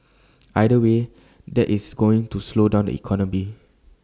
either way that is going to slow down the economy